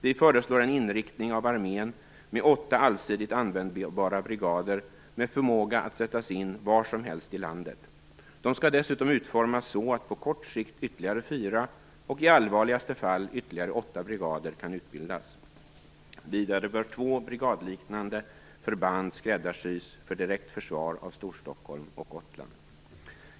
Vi föreslår en inriktning av armén med åtta allsidigt användbara brigader med förmåga att sättas in var som helst i landet. De skall dessutom utformas så att på kort sikt ytterligare fyra och i allvarligaste fall ytterligare åtta brigader kan utbildas. Vidare bör två brigadliknande förband skräddarsys för direkt försvar av Storstockholm och Gotland.